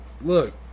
look